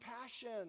passion